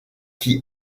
qui